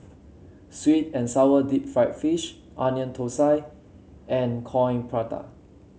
sweet and sour Deep Fried Fish Onion Thosai and Coin Prata